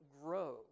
grow